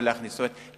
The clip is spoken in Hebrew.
זאת אומרת,